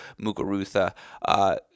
Muguruza